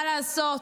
מה לעשות,